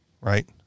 right